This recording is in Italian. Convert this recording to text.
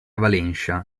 valencia